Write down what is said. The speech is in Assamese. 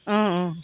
অঁ অঁ